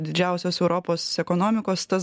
didžiausios europos ekonomikos tas